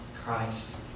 Christ